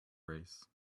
race